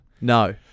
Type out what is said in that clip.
No